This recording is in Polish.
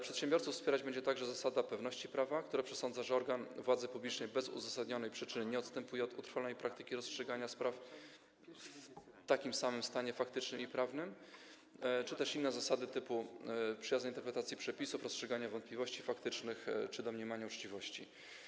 Przedsiębiorców wspierać będzie także zasada pewności prawa, która przesądza, że organ władzy publicznej bez uzasadnionej przyczyny nie odstępuje od utrwalonej praktyki rozstrzygania spraw w takim samym stanie faktycznym i prawnym, czy też inne zasady: przyjaznej interpretacji przepisów, rozstrzygania wątpliwości faktycznych czy domniemania uczciwości.